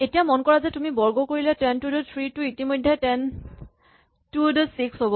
এতিয়া মন কৰা যে তুমি বৰ্গ কৰিলে টেন টু দ থ্ৰী টো ইতিমধ্যে টেন টু দ ছিক্স হ'ব